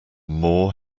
more